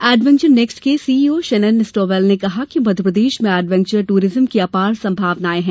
adventure next के CEO Shannon स्टोवैल ने कहा कि मध्यप्रदेश में एडवेंचर टूरिज़्म की अपार संभावनाएं हैं